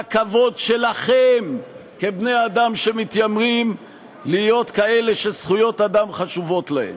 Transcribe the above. מן הכבוד שלכם כבני-אדם שמתיימרים להיות כאלה שזכויות אדם חשובות להם.